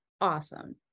awesome